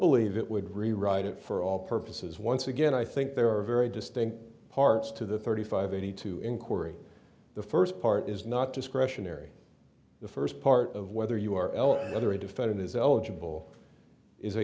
believe it would rewrite it for all purposes once again i think there are very distinct parts to the thirty five eighty two inquiry the first part is not discretionary the first part of whether you are l whether a defendant is eligible is a